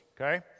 okay